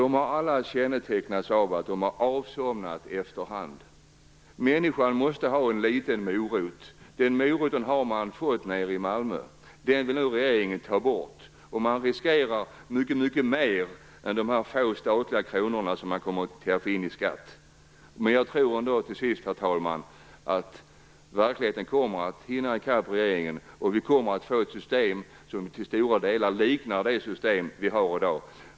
De har alla kännetecknats av att de har avsomnat efter hand. Människan måste ha en liten morot. Den moroten har man fått nere i Malmö. Nu vill regeringen ta bort den. Då riskerar man mycket mer än de få statliga kronor som man kommer att få in i skatt. Herr talman! Jag tror ändå att verkligheten till sist kommer att hinna i kapp regeringen. Då kommer vi få ett system som till stora delar liknar det system vi har i dag.